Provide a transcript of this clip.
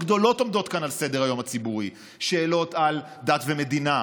שאלות גדולות עומדות כאן על סדר-היום הציבורי: שאלות על דת ומדינה,